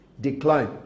decline